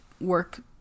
work